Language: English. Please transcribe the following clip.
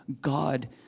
God